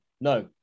no